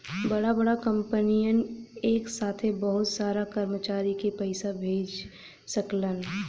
बड़ा बड़ा कंपनियन एक साथे बहुत सारा कर्मचारी के पइसा भेज सकलन